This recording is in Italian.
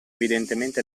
evidentemente